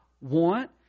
want